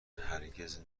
هرگز